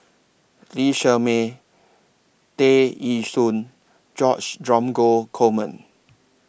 Lee Shermay Tear Ee Soon George Dromgold Coleman